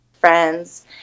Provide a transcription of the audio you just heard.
friends